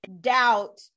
doubt